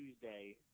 Tuesday